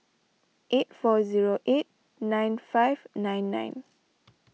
eight four zero eight nine five nine nine